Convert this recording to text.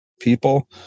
people